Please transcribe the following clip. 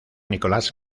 nicolás